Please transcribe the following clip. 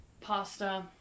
Pasta